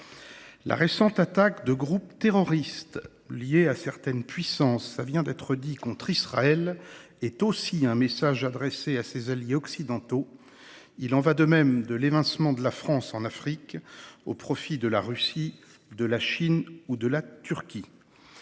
la récente attaque de groupes terroristes liés à certaines puissances contre Israël est aussi un message adressé à ses alliés occidentaux. Il en est de même de l’évincement de la France en Afrique au profit de la Russie, de la Chine ou de la Turquie.